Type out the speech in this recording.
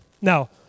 Now